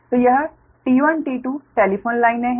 तो यह T1T2 telephone लाइनें है